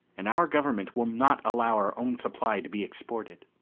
and our government will not allow our own supply to be exported.